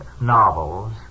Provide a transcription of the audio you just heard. novels